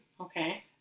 Okay